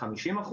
50%,